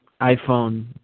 iPhone